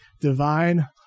divine